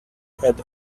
had